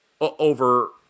over